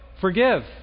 forgive